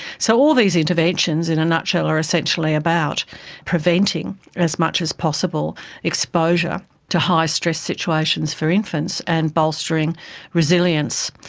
so all these interventions, in a nutshell, are essentially about preventing as much as possible exposure to high stress situations for infants and bolstering resilience.